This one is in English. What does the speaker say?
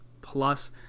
Plus